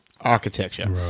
architecture